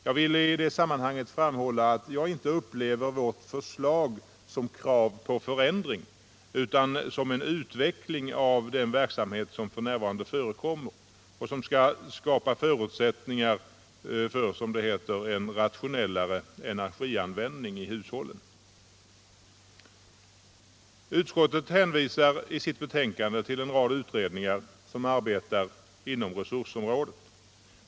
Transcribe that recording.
Jag vill i det sammanhanget framhålla att jag inte upplever vårt förslag som krav på förändring, utan som en utveckling av den verksamhet som f. n. förekommer och som skall skapa förutsättningar för — som det heter — en rationellare energianvändning i hushållen. Utskottet hänvisar i sitt betänkande till en rad utredningar som arbetar inom resursområdet.